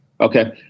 Okay